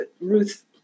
Ruth